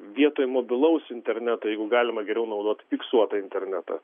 vietoj mobilaus interneto jeigu galima geriau naudot fiksuotą internetą